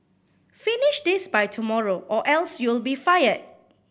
finish this by tomorrow or else you'll be fired